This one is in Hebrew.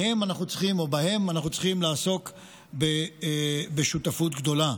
ובהן אנחנו צריכים לעסוק בשותפות גדולה.